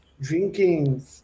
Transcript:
drinking